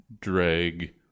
drag